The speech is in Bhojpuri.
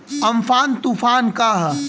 अमफान तुफान का ह?